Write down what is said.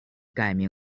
改名